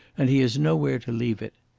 and he has nowhere to leave it.